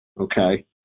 Okay